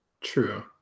True